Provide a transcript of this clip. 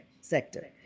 sector